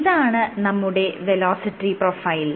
ഇതാണ് നമ്മുടെ velocity profile